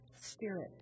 Spirit